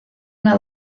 una